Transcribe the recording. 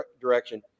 direction